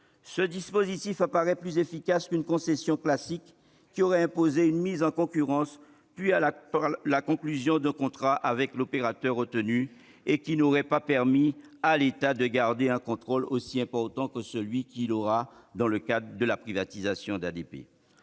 Ce dispositif apparaît plus efficace qu'une concession classique, qui aurait imposé une mise en concurrence, puis la conclusion d'un contrat avec l'opérateur retenu et qui n'aurait pas permis à l'État de garder un contrôle aussi important que celui qu'il aura dans le cadre de la privatisation d'ADP.